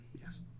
yes